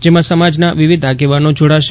જેમાં સમાજના વિવિધ આગેવાનો જોડાશે